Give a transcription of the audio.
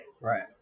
Right